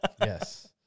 yes